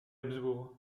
habsbourg